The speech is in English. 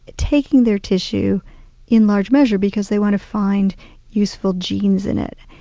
taking their tissue in large measure, because they want to find useful genes in it,